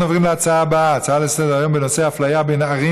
אנחנו עוברים להצעות לסדר-היום בנושא: אפליה בין ערים